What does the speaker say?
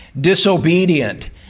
disobedient